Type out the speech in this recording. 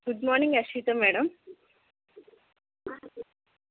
good morning Ashwitha madam